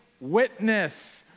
witness